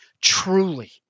Truly